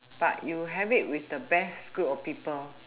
but you have it with the best group of people